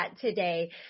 today